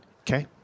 Okay